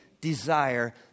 desire